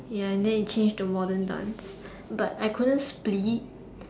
ya and then it change to modern dance but I couldn't split